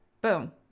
Boom